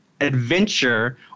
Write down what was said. adventure